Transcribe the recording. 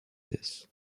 this